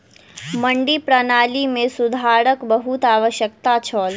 मंडी प्रणाली मे सुधारक बहुत आवश्यकता छल